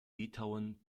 litauen